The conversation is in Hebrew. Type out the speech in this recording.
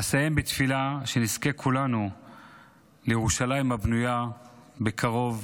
אסיים בתפילה: שנזכה כולנו לירושלים הבנויה בקרוב.